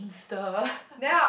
stir